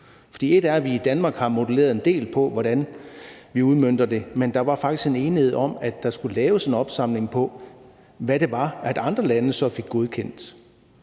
For en ting er, at vi i Danmark har modelleret en del på, hvordan vi udmønter det, men der var faktisk en enighed om, at der skulle laves en opsamling på, hvad det var, andre lande så fik godkendt